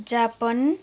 जापन